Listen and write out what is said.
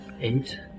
eight